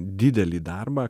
didelį darbą